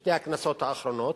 בשתי הכנסות האחרונות,